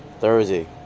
Thursday